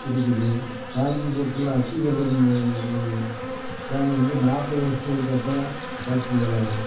இருக்குது காஞ்சிபுரத்தில் அத்திவரதர்னு ஒரு சாமி வந்து நாற்பது வருஷத்துக்கு ஒருக்கா தான் காட்சி தர்றார்